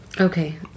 okay